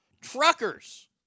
truckers